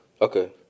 Okay